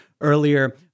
earlier